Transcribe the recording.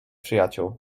przyjaciół